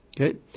Okay